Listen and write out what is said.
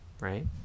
right